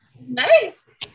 Nice